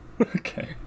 Okay